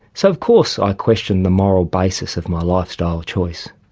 so of course i questioned the moral basis of my lifestyle choice.